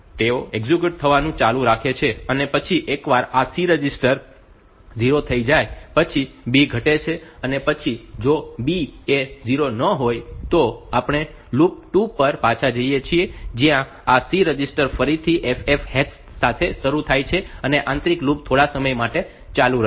તેઓ એક્ઝિક્યુટ થવાનું ચાલુ રાખે છે અને પછી એકવાર આ C રજિસ્ટર 0 થઈ જાય પછી B ઘટે છે અને પછી જો B એ 0 ન હોય તો આપણે લૂપ 2 પર પાછા જઈએ છીએ જ્યાં આ C રજિસ્ટર ફરીથી FF હેક્સ સાથે શરૂ થાય છે અને આંતરિક લૂપ થોડા સમય માટે ચાલુ રહે છે